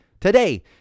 today